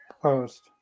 post